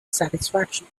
satisfaction